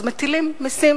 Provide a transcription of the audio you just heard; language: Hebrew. אז מטילים מסים